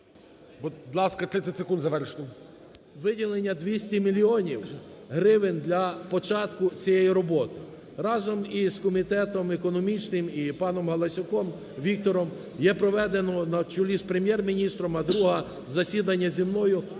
Будь ласка, 30 секунд, завершити. КУБІВ С.І. Виділення 200 мільйонів гривень для початку цієї роботи. Разом із комітетом економічним і паномГаласюком Віктором є проведено на чолі з Прем'єр-міністром, а друге, засідання зі мною,